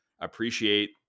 appreciate